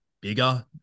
bigger